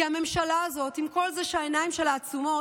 כי הממשלה הזאת, עם כל זה שהעיניים שלה עצומות,